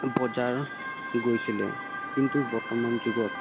বজাৰ গৈছিলে কিন্তু বৰ্তমান যুগত